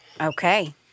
Okay